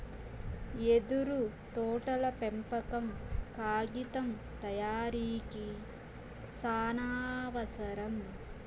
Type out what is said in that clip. యెదురు తోటల పెంపకం కాగితం తయారీకి సానావసరం